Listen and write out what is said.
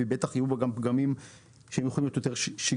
ובטח יהיו בה גם פגמים שיכולים להיות יותר שגרתיים.